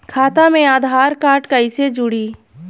खाता मे आधार कार्ड कईसे जुड़ि?